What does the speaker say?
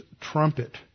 trumpet